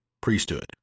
Priesthood